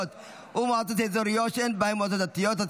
ומועצות אזוריות שאין בהן מועצות דתיות),